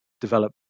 develop